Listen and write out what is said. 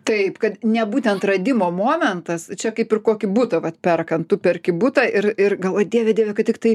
taip kad ne būtent radimo momentas čia kaip ir kokį butą vat perkant tu perki butą ir ir oi dieve dieve kad tiktai